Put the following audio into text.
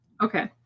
okay